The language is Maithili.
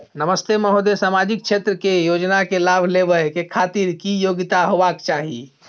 नमस्ते महोदय, सामाजिक क्षेत्र के योजना के लाभ लेबै के खातिर की योग्यता होबाक चाही?